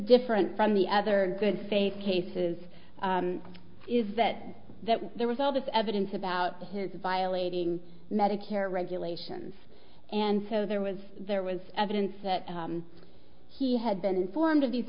different from the other good faith cases is that there was all this evidence about his violating medicare regulations and so there was there was evidence that he had been informed of these